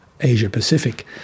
Asia-Pacific